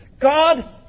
God